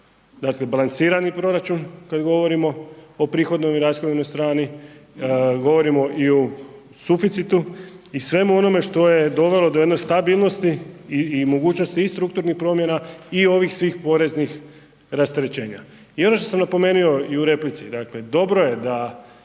dakle balansirani proračun kada govorimo o prihodnoj i rashodnoj strani, govorimo i o suficitu i svemu onome što je dovelo do jedne stabilnosti i mogućnosti i strukturnih promjena i svih ovih poreznih rasterećenja. I ono što sam napomenuo u replici, dakle dobro je da